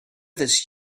this